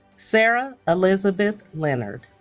sarah elizabeth leonard